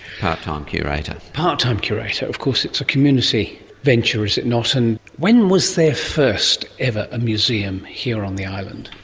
part-time curator. part-time curator, of course it's a community venture, is it not? and when was there first ever a museum here on the island?